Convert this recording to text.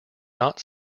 not